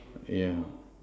yeah